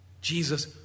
Jesus